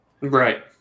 Right